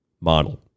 model